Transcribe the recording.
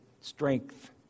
strength